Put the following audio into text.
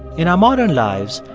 in our modern lives,